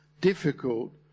difficult